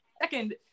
Second